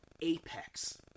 apex